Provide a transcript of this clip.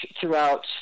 throughout